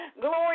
glory